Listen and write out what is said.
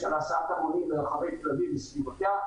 של --- וסביבותיה,